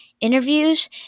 interviews